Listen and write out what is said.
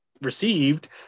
received